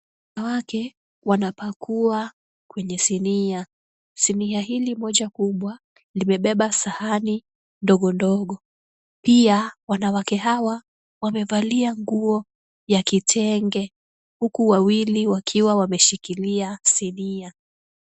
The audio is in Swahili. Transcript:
Wanawake wanapakua kwenye sinia. Sinia hili moja kubwa limebeba sahani ndogo ndogo, pia wanawake hawa wamevalia nguo ya kitenge huku wawili wakiwa wameshikilia sinia.